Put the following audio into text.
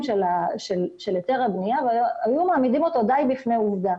של היתר הבנייה ודי היו מעמידים אותו בפני עובדה,